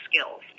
skills